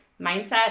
mindset